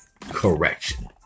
correction